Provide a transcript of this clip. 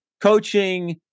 coaching